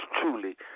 truly